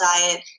diet